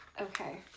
okay